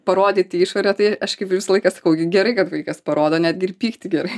parodyti išorę tai aš kaip ir visą laiką sakau gerai kad vaikas parodo netgi ir pyktį gerai